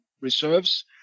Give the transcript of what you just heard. reserves